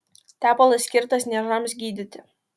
tepalas skirtas niežams gydyti